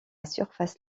surface